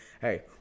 hey